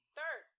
Third